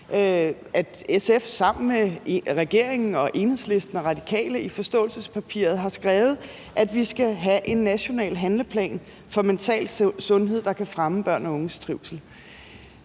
sammen med SF, Enhedslisten og Radikale i forståelsespapiret har skrevet, at vi skal have en national handleplan for mental sundhed, der kan fremme børn og unges trivsel,